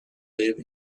live